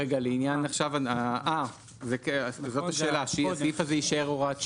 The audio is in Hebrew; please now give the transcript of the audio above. רצית שזה יישאר הוראת שעה?